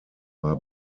war